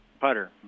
Putter